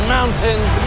Mountains